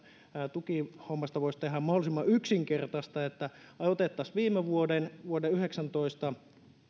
tukihommasta voisi tehdä mahdollisimman yksinkertaista otettaisiin viime vuoden vuoden yhdeksäntoista